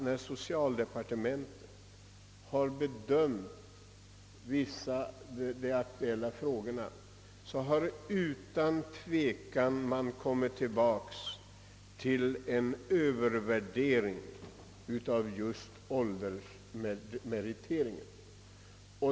När socialdepartementet har bedömt de aktuella frågorna, har man utan tvivel kommit tillbaka till en övervärdering av just åldersmeriteringen.